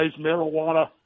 marijuana